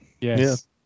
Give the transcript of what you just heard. yes